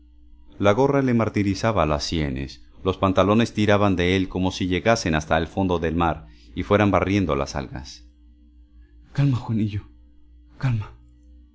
la gorra le martirizaba las sienes los pantalones tiraban de él como si llegasen hasta el fondo del mar y fuesen barriendo las algas calma juanillo calma